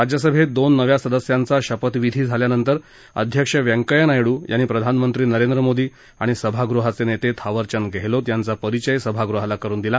राज्यसभेत दोन नव्या सदस्यांचा शपथविधी झाल्यानंतर अध्यक्ष वैंकय्या नायडू यांनी प्रधानमंत्री नरेंद्र मोदी आणि सभागृहाचे नेते थावरचंद गेहलोत यांचा परिचय सभागृहाला करुन दिला